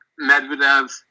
Medvedev